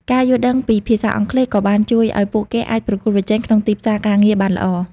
ការយល់ដឹងពីភាសាអង់គ្លេសក៏បានជួយឱ្យពួកគេអាចប្រកួតប្រជែងក្នុងទីផ្សារការងារបានល្អ។